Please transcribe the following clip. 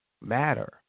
Matter